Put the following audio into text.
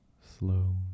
slow